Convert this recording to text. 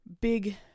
big